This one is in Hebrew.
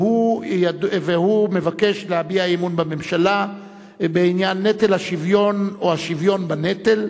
והוא מבקש להביע אי-אמון בממשלה בעניין נטל השוויון או השוויון בנטל?